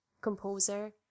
composer